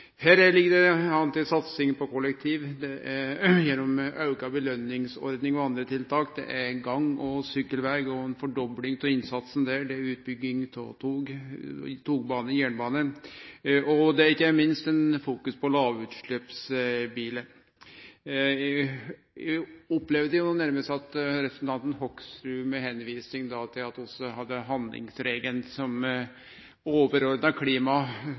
Her er det lagt opp til satsing på kollektivtrafikken gjennom auka påskjøningsordning og andre tiltak, det er gang- og sykkelvegar med ei dobling av innsatsen der, det er utbygging av jernbane, og det er ikkje minst fokus på lågutsleppsbilar. Eg opplevde nærmast at representanten Hoksrud med tilvising til at vi hadde handlingsregelen som